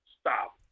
stop